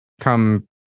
come